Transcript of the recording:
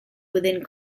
within